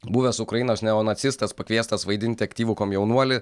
buvęs ukrainos neonacistas pakviestas vaidinti aktyvų komjaunuolį